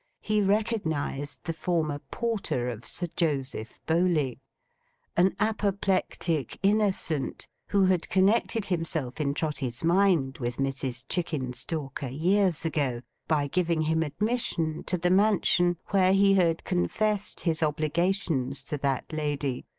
he recognised the former porter of sir joseph bowley an apoplectic innocent, who had connected himself in trotty's mind with mrs. chickenstalker years ago, by giving him admission to the mansion where he had confessed his obligations to that lady,